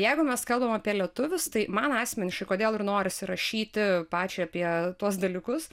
jeigu mes kalbam apie lietuvius tai man asmeniškai kodėl ir norisi rašyti pačiai apie tuos dalykus